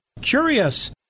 curious